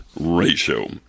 ratio